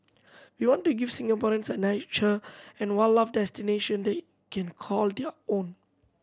we want to give Singaporeans a nature and wildlife destination they can call their own